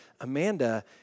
Amanda